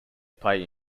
play